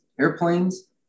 airplanes